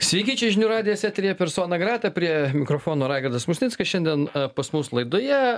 sveiki čia žinių radijas eteryje persona grata prie mikrofono raigardas musnickas šiandien pas mus laidoje